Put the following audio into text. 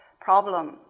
problem